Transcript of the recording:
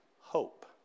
hope